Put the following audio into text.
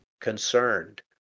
concerned